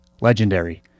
legendary